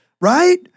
right